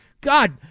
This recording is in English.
God